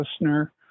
listener